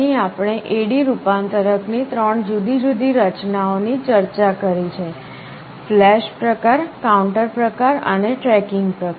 અહીં આપણે AD રૂપાંતરક ની ત્રણ જુદી જુદી રચનાઓની ચર્ચા કરી છે ફ્લેશ પ્રકાર કાઉન્ટર પ્રકાર અને ટ્રેકિંગ પ્રકાર